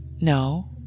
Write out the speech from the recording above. No